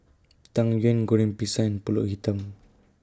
Tang Yuen Goreng Pisang and Pulut Hitam